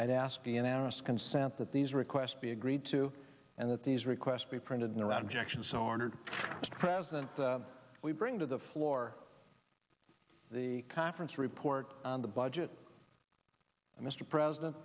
i ask c n n s consent that these requests be agreed to and that these requests be printed in or around jackson so honored mr president we bring to the floor the conference report on the budget mr president